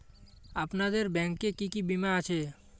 আপনাদের ব্যাংক এ কি কি বীমা আছে?